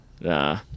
Nah